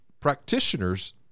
practitioners